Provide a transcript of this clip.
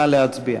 נא להצביע.